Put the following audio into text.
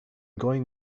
going